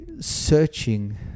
searching